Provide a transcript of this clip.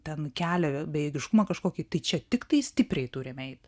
ten kelia bejėgiškumą kažkokį tai čia tiktai stipriai turim eit